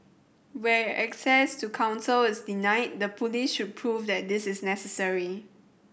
where access to counsel is denied the police should prove that this is necessary